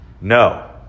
No